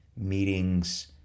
meetings